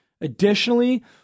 Additionally